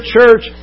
church